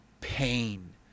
pain